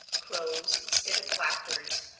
crows instead of blackbirds,